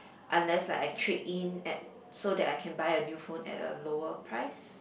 unless like I trade in at so that I can buy a new phone at a lower price